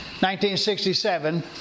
1967